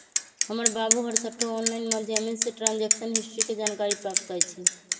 हमर बाबू हरसठ्ठो ऑनलाइन माध्यमें से ट्रांजैक्शन हिस्ट्री के जानकारी प्राप्त करइ छिन्ह